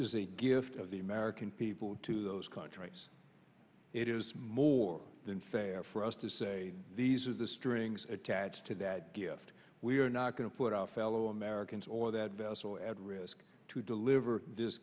is a gift of the american people to those contracts it is more than fair for us to say these are the strings attached to that gift we are not going to put our fellow americans or that vessel at risk to deliver